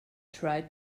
try